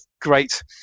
great